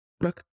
look